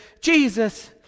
Jesus